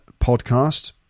podcast